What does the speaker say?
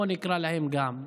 בואו נקרא להן גם.